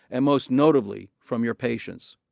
and most notably from your patients.